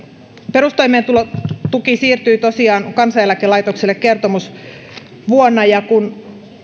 perustoimeentulotuki siirtyi tosiaan kansaneläkelaitokselle kertomusvuonna ja kun